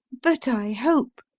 but i hope,